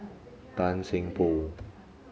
Tan Seng Poh